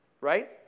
right